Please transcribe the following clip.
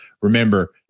Remember